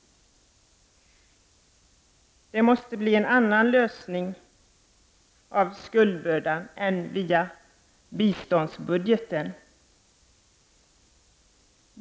Det måste bli en annan lösning av skuldbördan än via biståndsbudgeten.